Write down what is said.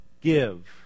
give